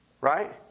Right